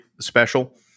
special